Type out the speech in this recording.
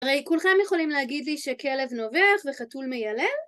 הרי כולכם יכולים להגיד לי שכלב נובח וחתול מיילל?